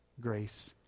grace